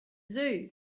zoo